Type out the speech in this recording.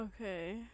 Okay